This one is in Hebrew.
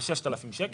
או יקבל רק 6,000 שקל.